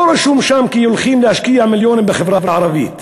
לא רשום שם כי הולכים להשקיע מיליונים בחברה הערבית.